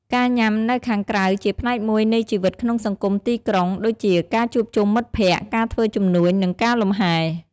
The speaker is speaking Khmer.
ការញ៉ាំនៅខាងក្រៅជាផ្នែកមួយនៃជីវិតក្នុងសង្គមទីក្រុង ដូចជាការជួបជុំមិត្តភ័ក្តិ ការធ្វើជំនួញ និងការលំហែ។